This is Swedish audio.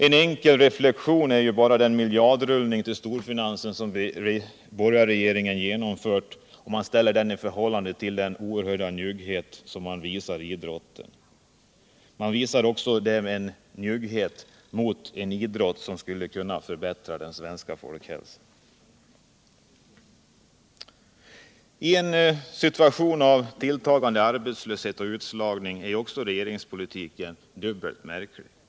Man kan jämföra den miljardrullning till storfinansen som den borgerliga regeringen genomfört med den oerhörda njugghet som idrotten visas. Därmed visas också njugghet mot något som skulle kunna förbättra den svenska folkhälsan. I en situation av tilltagande arbetslöshet och utslagning är regeringspolitiken dubbelt märklig.